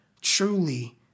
truly